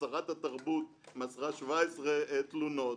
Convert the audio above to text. ששרת התרבות מסרה 17 תלונות.